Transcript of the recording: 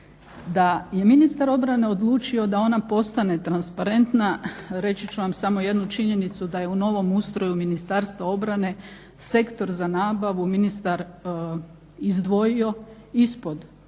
Da je ministar obrane odlučio da ona postane transparentna reći ću vam samo jednu činjenicu da je u novom ustroju Ministarstva obrane sektor za nabavu ministar izdvojio ispod, znači